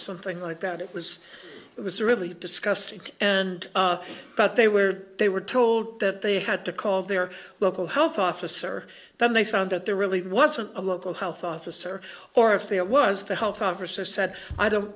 something like that it was it was really disgusting and but they were they were told that they had to call their local health officer then they found that there really wasn't a lot of health officer or if there was the health officer said i don't